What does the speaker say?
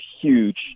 huge